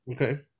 okay